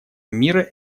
мира